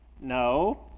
no